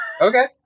Okay